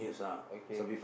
okay